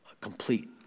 complete